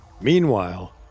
Meanwhile